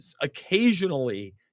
occasionally